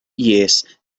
yes